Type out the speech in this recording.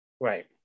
Right